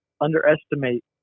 underestimate